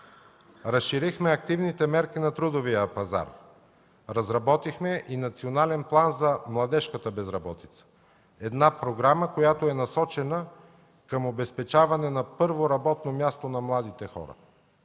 Разширихме активните мерки на трудовия пазар. Разработихме и национален план за младежката безработица – една програма, насочена към обезпечаване на първо работно място на младите хора.